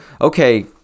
okay